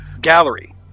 gallery